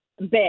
bit